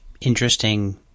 interesting